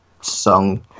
song